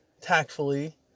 tactfully